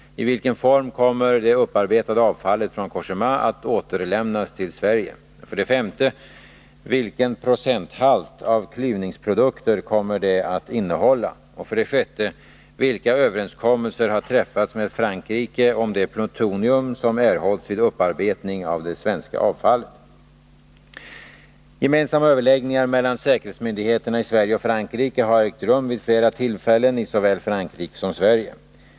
I vilken form kommer det upparbetade avfallet från Cogéma att återlämnas till Sverige? 5. Vilken procenthalt av klyvningsprodukter kommer det att innehål 6. Vilka överenskommelser har träffats med Frankrike om det plutonium som erhålls vid upparbetning av det svenska avfallet? Gemensamma överläggningar mellan säkerhetsmyndigheterna i Sverige och Frankrike har ägt rum vid flera tillfällen i såväl Frankrike som Sverige.